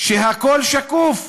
שהכול שם שקוף.